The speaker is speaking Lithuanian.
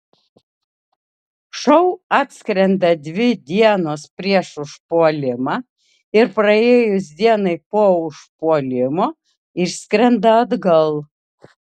šou atskrenda dvi dienos prieš užpuolimą ir praėjus dienai po užpuolimo išskrenda atgal